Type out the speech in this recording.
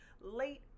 late